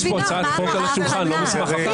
יש פה הצעת חוק על השולחן, לא מסמך הכנה.